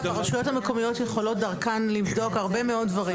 הרשויות המקומיות יכולות דרכן לבדוק הרבה מאוד דברים,